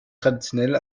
traditionell